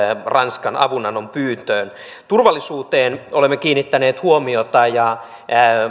ranskan avunannon pyyntöön turvallisuuteen olemme kiinnittäneet huomiota ja